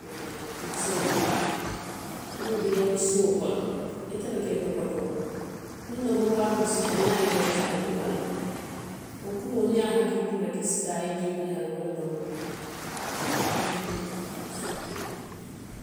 ninsoo niŋ baa, niŋ i be i la suo kono, ite le ka i topoto, niŋ domori waatoo siita, niŋ a ye je rek, a be kuma la le wo kumoo niŋ i ye a hakiltuu rek i si taa i ye jio dii a la walla domoroo wo loŋ ñiŋ, ti a ye i suutee le.